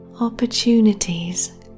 Opportunities